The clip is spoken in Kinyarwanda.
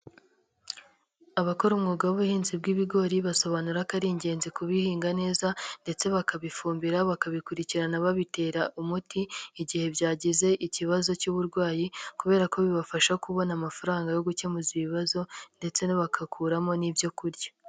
Abakora umwuga w'ubuhinzi bw'ibigori basobanura ko ari ingenzi kubihinga neza ndetse bakabifumbira, bakabikurikirana babitera umuti igihe byagize ikibazo cy'uburwayi kubera ko bibafasha kubona amafaranga yo gukemuza ibibazo ndetse na bo bagakuramo n'ibyo kurya.